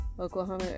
Oklahoma